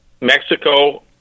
Mexico